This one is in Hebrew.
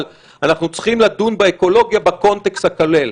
אבל אנחנו צריכים לדון באקולוגיה בקונטקסט הכולל.